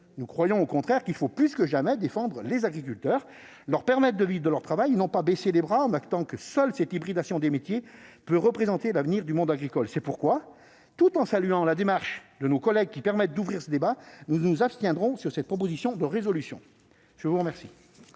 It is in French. Nous croyons, au contraire, qu'il est plus que jamais nécessaire de défendre les agriculteurs, de leur permettre de vivre de leur travail et non de baisser les bras en actant que seule cette hybridation des métiers peut représenter l'avenir du monde agricole. C'est pourquoi, tout en saluant la démarche de nos collègues qui permet d'ouvrir ce débat, nous nous abstiendrons sur cette proposition de résolution. La parole